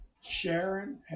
Sharon